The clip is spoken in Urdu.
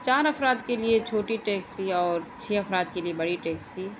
چار افراد کے لیے چھوٹی ٹیکسی اور چھ افراد کے لیے بڑی ٹیکسی